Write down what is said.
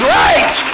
right